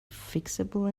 fixable